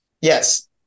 Yes